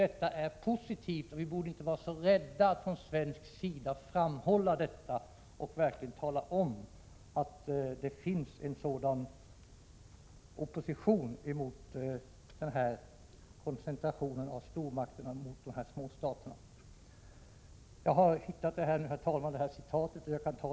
Detta är positivt, och vi borde inte vara så rädda från svensk sida att framhålla att det verkligen finns en sådan opposition i de små staterna mot stormakternas koncentration. Herr talman! Nu har jag hittat det där citatet.